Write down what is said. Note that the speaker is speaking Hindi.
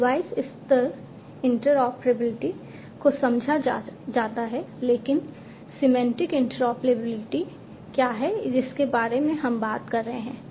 तो डिवाइस स्तर इंटरऑपरेबिलिटी को समझा जाता है लेकिन सिमेंटिक इंटरऑपरेबिलिटी क्या है जिसके बारे में हम बात कर रहे हैं